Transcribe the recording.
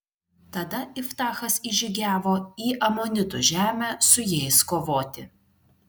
tada iftachas įžygiavo į amonitų žemę su jais kovoti